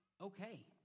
okay